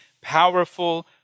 powerful